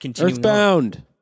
Earthbound